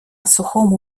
сухому